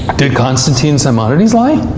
did constantine simonides lie?